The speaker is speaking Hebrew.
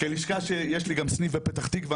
יש לי גם סניף בפתח תקווה,